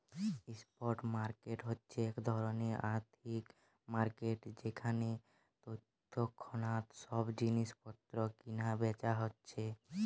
spot market হচ্ছে এক ধরণের আর্থিক মার্কেট যেখানে তৎক্ষণাৎ সব জিনিস পত্র কিনা বেচা হচ্ছে